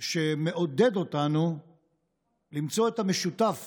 שמעודד אותנו למצוא את המשותף